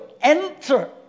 enter